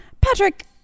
Patrick